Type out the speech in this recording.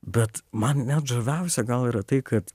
bet man net žaviausia gal yra tai kad